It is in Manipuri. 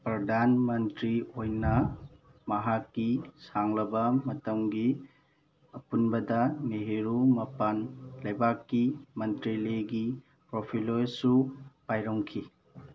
ꯄ꯭ꯔꯗꯥꯟ ꯃꯟꯇ꯭ꯔꯤ ꯑꯣꯏꯅ ꯃꯍꯥꯛꯀꯤ ꯁꯥꯡꯂꯕ ꯃꯇꯝꯒꯤ ꯑꯄꯨꯟꯕꯗ ꯅꯦꯍꯥꯔꯨ ꯃꯄꯥꯟ ꯂꯩꯕꯥꯛꯀꯤ ꯃꯟꯇ꯭ꯔꯤꯂꯦꯒꯤ ꯄ꯭ꯔꯣꯐꯤꯂꯣꯁꯨ ꯄꯥꯏꯔꯝꯈꯤ